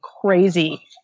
crazy